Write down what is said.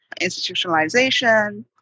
institutionalization